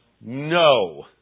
No